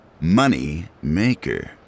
Moneymaker